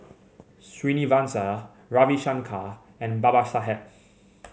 Srinivasa Ravi Shankar and Babasaheb